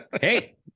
Hey